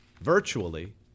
virtually